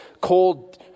cold